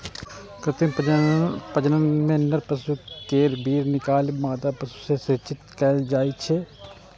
कृत्रिम प्रजनन मे नर पशु केर वीर्य निकालि मादा पशु मे सेचित कैल जाइ छै